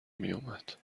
میومد